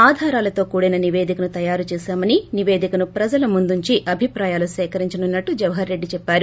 ఆధారాలతో కూడిన నిపేదికను తయారు చేశామని నిపేదికను ప్రజల ముందుంచి అభిప్రాయాలు సేకరించనున్నట్లు జవహర్రెడ్డి చెప్పారు